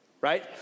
right